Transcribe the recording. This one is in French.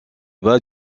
bas